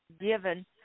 given